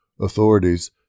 Authorities